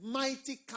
mighty